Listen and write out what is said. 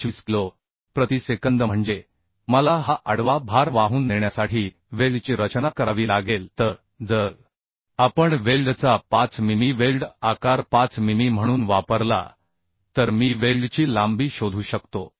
25 kilo प्रति सेकंद म्हणजे मला हा आडवा भार वाहून नेण्यासाठी वेल्डची रचना करावी लागेल तर जर आपण वेल्डचा 5 मिमी वेल्ड आकार 5 मिमी म्हणून वापरला तर मी वेल्डची लांबी शोधू शकतो